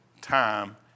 time